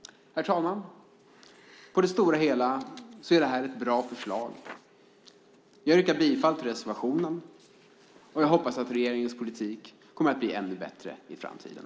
Herr talman! På det stora hela är detta ett bra förslag. Jag yrkar bifall till reservationen och hoppas att regeringens politik kommer att bli ännu bättre i framtiden.